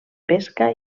pesca